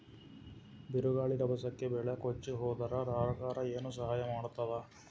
ಬಿರುಗಾಳಿ ರಭಸಕ್ಕೆ ಬೆಳೆ ಕೊಚ್ಚಿಹೋದರ ಸರಕಾರ ಏನು ಸಹಾಯ ಮಾಡತ್ತದ?